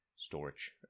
storage